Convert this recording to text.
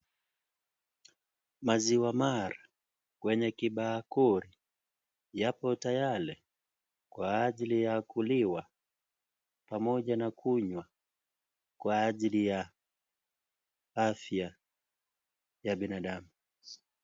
Maziwa mara kwenye kibakuli yapo tayari kwa ajili ya kuliwa pamoja na kunywa kwa ajili ya afya ya binadamu.